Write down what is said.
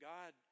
God